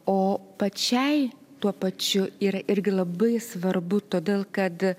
o pačiai tuo pačiu yra irgi labai svarbu todėl kad